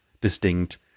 distinct